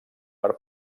per